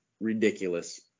ridiculous